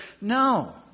no